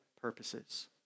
purposes